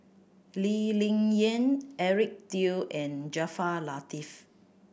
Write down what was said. Lee Ling Yen Eric Teo and Jaafar Latiff